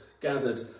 gathered